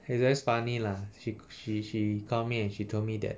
it's very funny lah she she she call me and she told me that